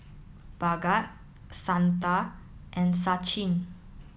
Bhagat Santha and Sachin